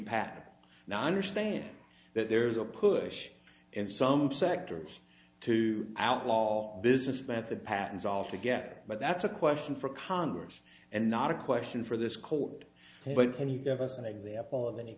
pat now i understand that there is a push in some sectors to outlaw business method patents all to get but that's a question for congress and not a question for this court but can you give us an example of any